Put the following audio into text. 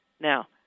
now